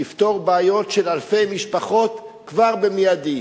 היא תפתור בעיות של אלפי משפחות כבר במיידי.